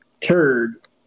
turd